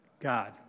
God